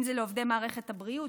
אם זה לעובדי מערכת הבריאות,